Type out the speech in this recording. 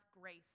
grace